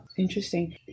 Interesting